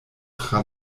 tra